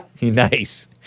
Nice